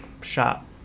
shop